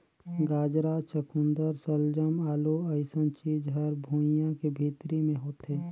गाजरा, चकुंदर सलजम, आलू अइसन चीज हर भुइंयां के भीतरी मे होथे